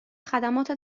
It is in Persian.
خدمات